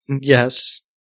Yes